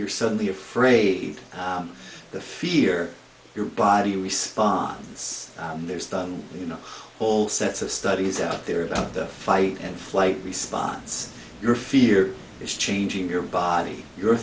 you're suddenly afraid of the fear your body responds and there's the you know all sets of studies out there about the fight and flight response your fear is changing your body your